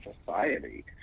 society